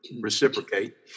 reciprocate